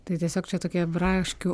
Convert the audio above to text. tai tiesiog čia tokia braškių